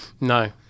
No